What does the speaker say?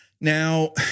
Now